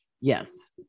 Yes